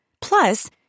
Plus